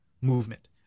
movement